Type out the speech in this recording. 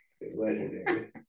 legendary